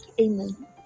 Amen